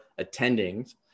attendings